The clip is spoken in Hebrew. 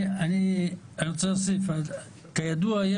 אני רוצה להוסיף כידוע,